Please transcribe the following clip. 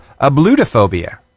ablutophobia